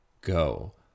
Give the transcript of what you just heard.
go